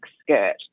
skirt